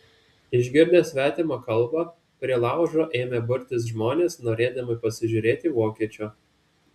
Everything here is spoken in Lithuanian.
išgirdę svetimą kalbą prie laužo ėmė burtis žmonės norėdami pasižiūrėti vokiečio